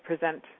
present